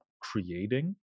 creating